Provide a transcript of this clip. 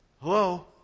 hello